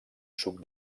suc